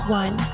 one